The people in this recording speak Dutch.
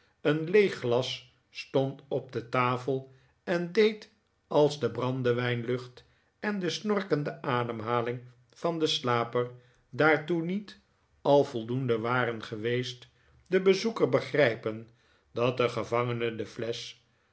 een leeg glas stond op de tafel en deed als de brandewijnlucht en de snorkende ademhaling van den slaper daartoe niet al voldoende waren geweest den bezoeker begrijpen dat de gevangene de flesch